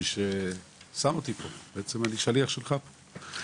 מי ששם אותי פה, בעצם אני שליח שלך פה.